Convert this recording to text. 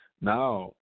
now